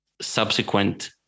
Subsequent